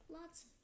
Lots